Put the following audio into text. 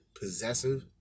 possessive